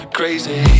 crazy